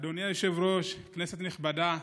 אדוני היושב-ראש, כנסת נכבדה,